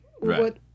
Right